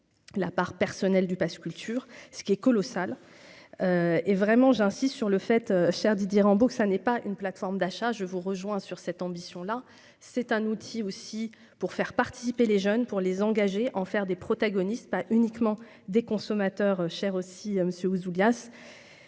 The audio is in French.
la part personnelle du Pass culture ce qui est colossal et vraiment, j'insiste sur le fait, cher Didier Rambaud, que ça n'est pas une plateforme d'achat, je vous rejoins sur cette ambition-là, c'est un outil aussi pour faire participer les jeunes pour les engager en faire des protagonistes, pas uniquement des consommateurs cher aussi monsieur Ouzoulias,